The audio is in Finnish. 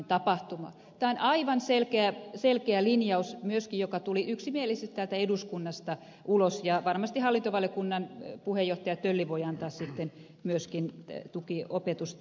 tämä on myöskin aivan selkeä linjaus joka tuli yksimielisesti täältä eduskunnasta ulos ja varmasti hallintovaliokunnan puheenjohtaja tölli voi antaa sitten myöskin tukiopetusta